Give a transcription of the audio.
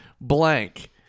blank